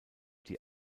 die